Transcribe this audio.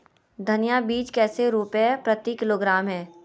धनिया बीज कैसे रुपए प्रति किलोग्राम है?